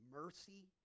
mercy